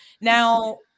Now